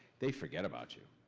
they forget about you.